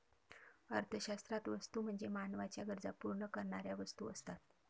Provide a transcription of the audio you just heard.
अर्थशास्त्रात वस्तू म्हणजे मानवाच्या गरजा पूर्ण करणाऱ्या वस्तू असतात